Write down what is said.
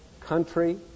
country